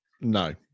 No